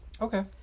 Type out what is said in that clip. Okay